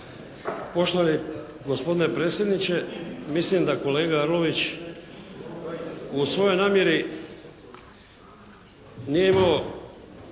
Poštovani gospodine predsjedniče! Mislim da kolega Arlović u svojoj namjeri nije imao